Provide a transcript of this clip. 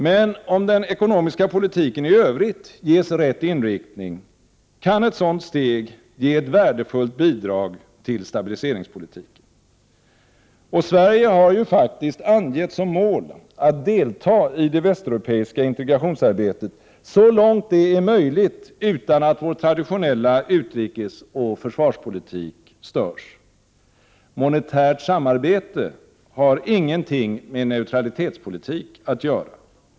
Men om den ekonomiska politiken i övrigt ges rätt inriktning, kan ett sådant steg ge ett värdefullt bidrag till stabiliseringspolitiken. Och Sverige har ju faktiskt angett som mål att man skall delta i det västeuropeiska integrationsarbetet så långt det är möjligt utan att Sveriges traditionella utrikesoch försvarspolitik störs. Monetärt samarbete har ingenting med neutralitetspolitik att göra.